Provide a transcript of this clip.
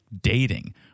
dating